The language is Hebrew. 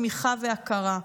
תמיכה והכרה.